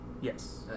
Yes